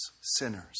sinners